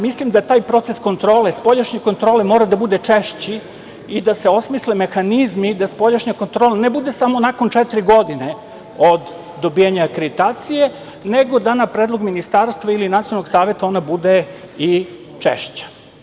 Mislim da taj proces kontrole, spoljašnje kontrole mora da bude češći i da se osmisle mehanizmi da spoljašnja kontrola ne bude samo nakon četiri godine od dobijanja akreditacije, nego da na predlog Ministarstva ili Nacionalnog saveta ona bude i češća.